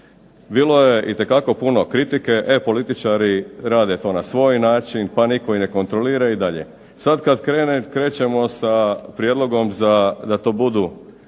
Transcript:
bilo je itekako puno kritike e političari rade to na svoj način, pa nitko ih ne kontrolira i dalje. Sad kad krećemo sa prijedlogom da to budu